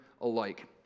alike